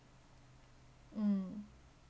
mm